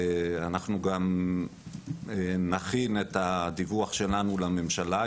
אנחנו גם נכין את הדיווח שלנו לממשלה.